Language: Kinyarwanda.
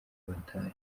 batahe